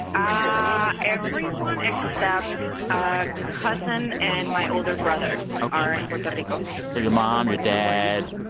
ah everyone except a cousin and my older brother. ok. are in puerto rico so your mom, your dad,